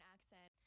accent